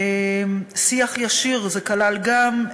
שיח ישיר זה כלל גם,